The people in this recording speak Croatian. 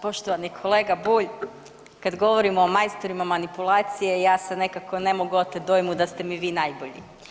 Poštovani kolega Bulj, kad govorimo o majstorima manipulacije ja se nekako ne mogu otet dojmu da ste mi vi najbolji.